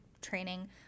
training